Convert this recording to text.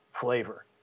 flavor